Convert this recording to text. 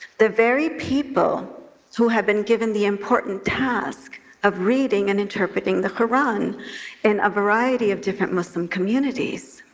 the very people who have been given the important task of reading and interpreting the quran in a variety of different muslim communities,